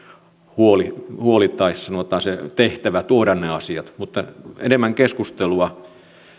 huoli huoli tai sanotaan se tehtävä tuoda nämä asiat mutta enemmän keskustelua